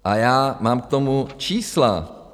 A já mám k tomu čísla.